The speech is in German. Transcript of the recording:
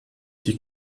die